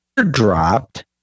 dropped